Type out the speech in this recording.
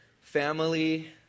family